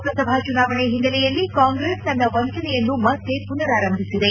ಲೋಕಸಭಾ ಚುನಾವಣೆ ಹಿನ್ನೆಲೆಯಲ್ಲಿ ಕಾಂಗ್ರೆಸ್ ತನ್ನ ವಂಚನೆಯನ್ನು ಮತ್ತೆ ಪುನರಾರಂಭಿಸಿದೆ